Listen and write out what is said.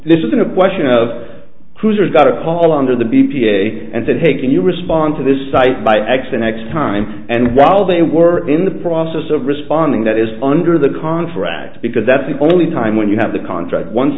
this isn't a question of cruisers got a call under the b p a and said hey can you respond to this site by x the next time and while they were in the process of responding that is under the conference because that's the only time when you have the contract once